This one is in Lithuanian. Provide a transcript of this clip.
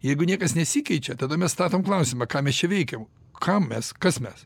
jeigu niekas nesikeičia tada mes statom klausimą ką mes čia veikiam kam mes kas mes